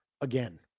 again